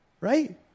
right